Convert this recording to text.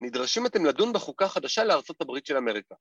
‫נדרשים אתם לדון בחוקה החדשה ‫לארה״ב של אמריקה.